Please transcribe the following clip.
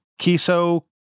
Kiso